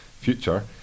Future